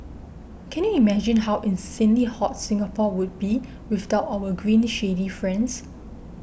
can you imagine how insanely hot Singapore would be without our green shady friends